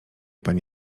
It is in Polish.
pani